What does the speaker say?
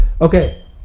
Okay